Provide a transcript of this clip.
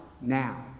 now